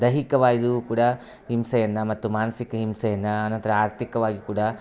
ದೈಹಿಕವಾಗಿಯೂ ಕೂಡ ಹಿಂಸೆಯನ್ನ ಮತ್ತು ಮಾನಸಿಕ ಹಿಂಸೆಯನ್ನ ಆನಂತರ ಆರ್ಥಿಕವಾಗಿ ಕೂಡ